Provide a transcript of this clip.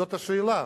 זאת השאלה.